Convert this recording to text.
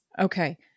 Okay